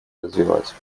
развивать